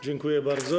Dziękuję bardzo.